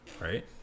right